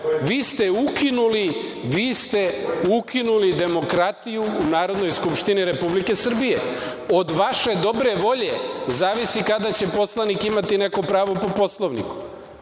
Vi ste ukinuli demokratiju u Narodnoj skupštini Republike Srbije. Od vaše dobre volje zavisi kada će poslanik imati neko pravo po Poslovniku.